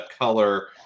color